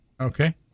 Okay